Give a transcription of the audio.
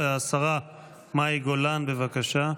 השרה מאי גולן, בבקשה.